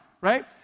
right